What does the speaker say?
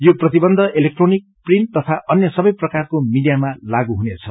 यो प्रतिबन्ध election print तथा अन्य सबे प्रकारको मीडियामा लागू हुनेछ